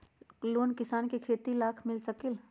Loan किसान के खेती लाख मिल सकील?